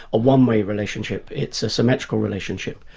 a one-way relationship, it's a symmetrical relationship.